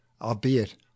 albeit